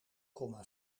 komma